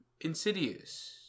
Insidious